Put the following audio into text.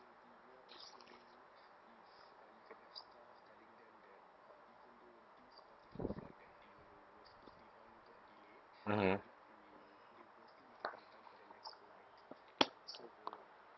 mmhmm